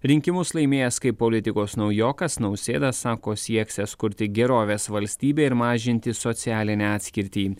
rinkimus laimėjęs kaip politikos naujokas nausėda sako sieksiąs kurti gerovės valstybę ir mažinti socialinę atskirtį